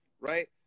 right